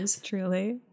truly